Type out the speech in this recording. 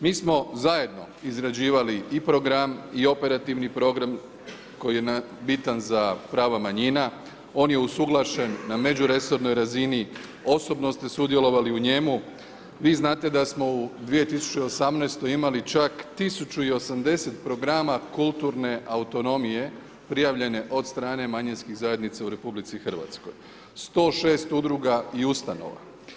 Mi smo zajedno izrađivali i program i operativni program koji je bitan za prava manjina, on je usuglašen na međuresornoj razini, osobno ste sudjelovali u njemu, vi znate da smo u 2018. imali čak 1080 programa kulturne autonomije prijavljene od strane manjinskih zajednica u RH, 106 udruga i ustanova.